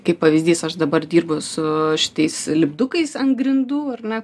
kaip pavyzdys aš dabar dirbu su šitais lipdukais ant grindų ar ne